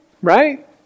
right